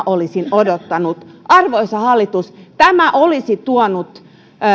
olisin odottanut arvoisa hallitus tämä olisi tuonut